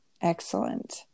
excellent